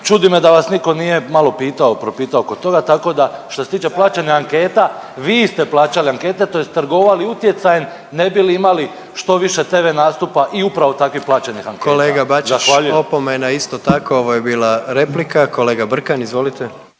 čudi me da vas niko nije malo pitao i propitao oko toga, tako da što se tiče plaćenih anketa, vi ste plaćali ankete tj. trgovali utjecajem ne bi li imali što više tv nastupa i upravo takvih plaćenih anketa, zahvaljujem. **Jandroković, Gordan (HDZ)** Kolega Bačić opomena isto tako ovo je bila replika. Kolega Brkan, izvolite.